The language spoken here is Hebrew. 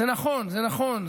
זה נכון, זה נכון.